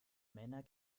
männer